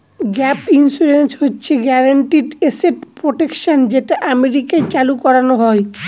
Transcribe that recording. gap insurance হচ্ছে guaranteed asset protection যেটা আমেরিকায় চালু করানো হয়